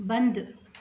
बंदि